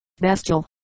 bestial